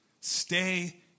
Stay